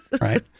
right